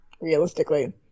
realistically